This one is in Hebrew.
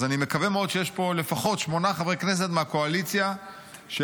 אז אני מקווה מאוד שיש פה לפחות שמונה חברי כנסת מהקואליציה שיגידו